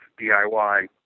DIY